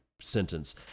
sentence